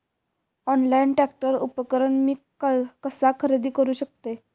Online tractor उपकरण मी कसा खरेदी करू शकतय?